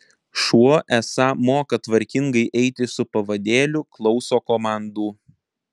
šuo esą moka tvarkingai eiti su pavadėliu klauso komandų